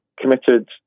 committed